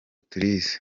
turizi